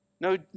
No